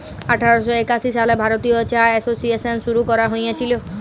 আঠার শ একাশি সালে ভারতীয় চা এসোসিয়েশল শুরু ক্যরা হঁইয়েছিল